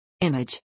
image